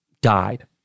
Died